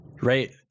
right